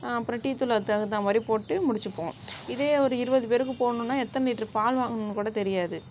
அப்புறம் டீத்தூள் அதுக்கு தகுந்த மாதிரி போட்டு முடிச்சுப்போம் இதே ஒரு இருபது பேருக்கு போடணும்னா எத்தனை லிட்டர் பால் வாங்கணும்னு கூட தெரியாது